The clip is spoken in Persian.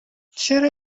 چرا